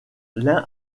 l’un